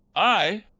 i?